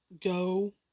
go